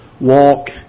Walk